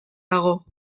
dago